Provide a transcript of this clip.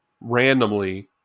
randomly